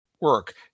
work